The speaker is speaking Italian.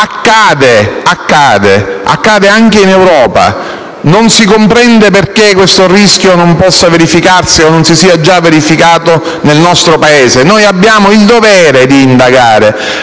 Accade, colleghi, accade anche in Europa; non si comprende perché questo rischio non possa verificarsi o non si sia già verificato nel nostro Paese. Abbiamo il dovere di indagare,